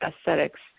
aesthetics